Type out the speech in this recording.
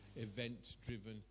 event-driven